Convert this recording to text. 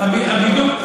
הבידוק,